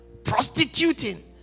Prostituting